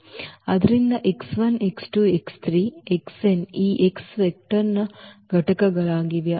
ಆದ್ದರಿಂದ x 1 x 2 x 3 x n ಗಳು ಈ x ವೆಕ್ಟರ್ನ ಘಟಕಗಳಾಗಿವೆ